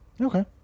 Okay